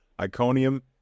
Iconium